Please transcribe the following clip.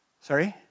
Sorry